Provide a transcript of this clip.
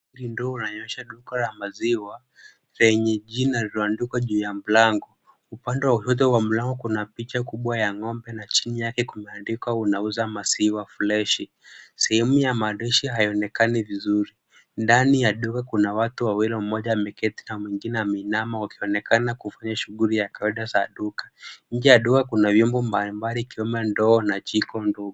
Hili ndoo linaonyesha duka la maziwa lenye jina lililoandikwa juu ya mlango. Kando kuna picha ya ng'ombe na chini yake kumeandikwa 'tunauza maziwa freshi'. Sehemu ya maziwa freshi hayaonekani vizuri. Ndani ya duka kuna watu wawili mmoja ameketi na mwingine ameinama wakionekana kufanya shughuli ya kawaida za duka. Nje ya duka kuna vyombo mbalimbali ikiwemo ndoo na jiko ndogo.